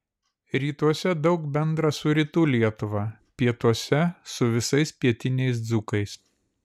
rytuose daug bendra su rytų lietuva pietuose su visais pietiniais dzūkais